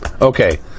okay